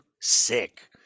sick